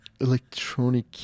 electronic